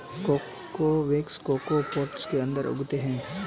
cocoa beans cocoa pods के अंदर उगते हैं